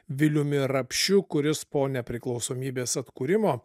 viliumi rapšiu kuris po nepriklausomybės atkūrimo